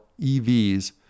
EVs